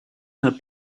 her